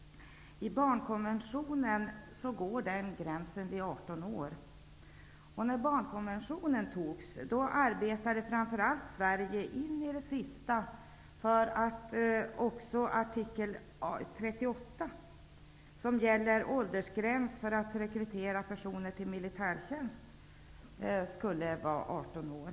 I barnkonventionen går den gränsen vid 18 år. När barnkonventionen antogs arbetade framför allt Sverige in i det sista för att också åldersgränsen för rekrytering av personer till militärtjänst, som tas upp i artikel 38, skulle vara 18 år.